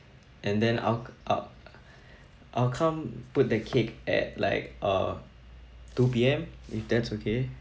and then I'll I'll I'll come put the cake at like uh two P_M if that's okay